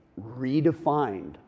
redefined